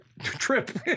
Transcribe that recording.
trip